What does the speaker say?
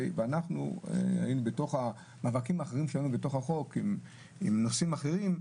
אנחנו היינו במאבקים אחרים בתוך החוק עם נושאים אחרים,